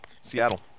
Seattle